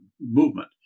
movement